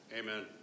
Amen